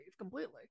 completely